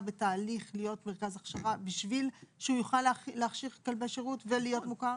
בתהליך להיות מרכז הכשרה בשביל שהוא יוכל להכשיר כלבי שירות ולהיות מוכר?